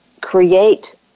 create